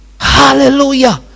Hallelujah